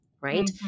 right